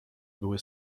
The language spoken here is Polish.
były